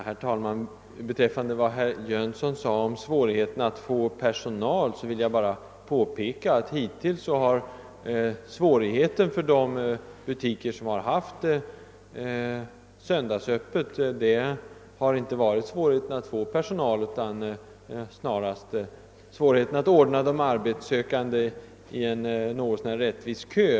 Herr talman! Beträffande vad herr Jönsson sade om svårigheten att få personal vill jag bara påpeka, att hittills har svårigheten för de butiker som haft söndagsöppet inte varit att få personal, utan snarast att ordna de arbetssökande i en något så när rättvis kö.